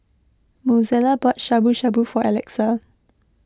Mozella bought Shabu Shabu for Alexa